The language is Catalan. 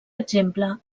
exemple